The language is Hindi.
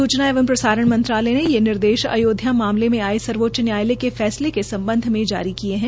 सूचना एवं प्रसारण मंत्रालय ने ये निर्देश आयोध्या मामले मे आये सर्वोच्च न्यायालय के फैसले के सम्बध मे जारी किये है